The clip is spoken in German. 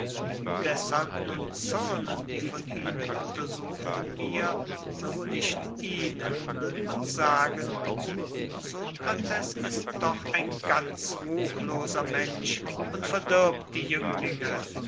deshalb nun zürnen die von ihnen untersuchten mir und nicht ihnen und sagen sokrates ist doch ein ganz ruchloser mensch und verdirbt die jünglinge